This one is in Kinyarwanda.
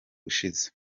ushize